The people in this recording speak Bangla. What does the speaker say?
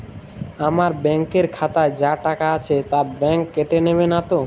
আমার ব্যাঙ্ক এর খাতায় যা টাকা আছে তা বাংক কেটে নেবে নাতো?